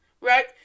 right